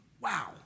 Wow